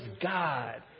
God